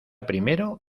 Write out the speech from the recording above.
primero